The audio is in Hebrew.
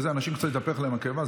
ולאנשים קצת התהפכה הקיבה.